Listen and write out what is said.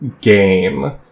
game